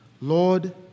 Lord